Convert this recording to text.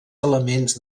elements